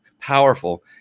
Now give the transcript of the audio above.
powerful